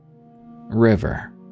River